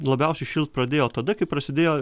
labiausiai šilt pradėjo tada kai prasidėjo